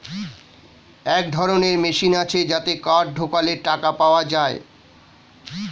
এক ধরনের মেশিন আছে যাতে কার্ড ঢোকালে টাকা পাওয়া যায়